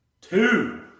Two